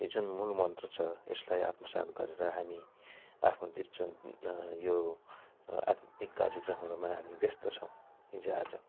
यो जुन मूल मन्त्र छ यसलाई आत्मसात गरेर हामी आफ्नो दिरचन यो आध्यात्मिक कार्यक्रमहरूमा हामी व्यस्त छौँ हिजोआज